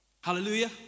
Hallelujah